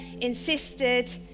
insisted